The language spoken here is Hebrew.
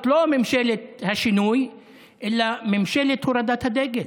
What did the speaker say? לא ממשלת השינוי אלא ממשלת הורדת הדגל.